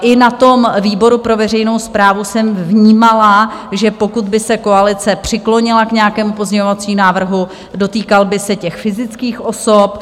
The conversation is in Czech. I na výboru pro veřejnou správu jsem vnímala, že pokud by se koalice přiklonila k nějakému pozměňovacím návrhu, dotýkal by se fyzických osob.